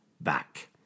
back